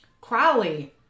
Crowley